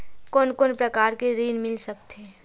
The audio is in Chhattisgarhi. कोन कोन प्रकार के ऋण मिल सकथे?